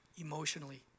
emotionally